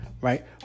Right